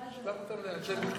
תשלח אותם לאנשי גוש קטיף.